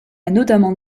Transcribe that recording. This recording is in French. notamment